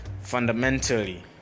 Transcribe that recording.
fundamentally